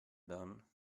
done